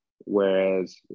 whereas